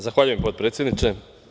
Zahvaljujem potpredsedniče.